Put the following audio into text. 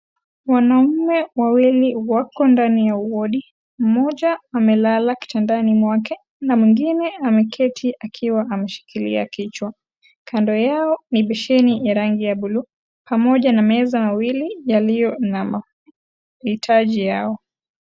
Wanaume wawili wako ndani ya wodi. Mmoja amelala kitandani mwake na mwingine ameketi akiwa ameshikilia kichwa. Kando yao ni bisheni ya rangi ya buluu pamoja na meza mawili yaliyo na mahitaji yao.